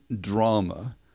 drama